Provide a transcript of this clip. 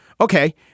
Okay